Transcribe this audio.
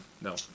No